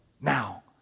now